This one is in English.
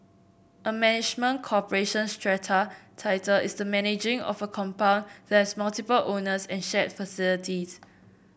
a management corporation strata title is the managing of a compound that has multiple owners and shared facilities